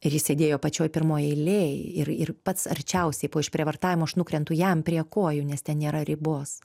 ir jis sėdėjo pačioj pirmoj eilėj ir ir pats arčiausiai po išprievartavimo aš nukrentu jam prie kojų nes ten nėra ribos